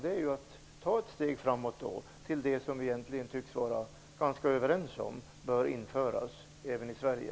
Det är att ta ett steg framåt till det som vi egentligen tycks vara ganska överens om bör införas även i Sverige.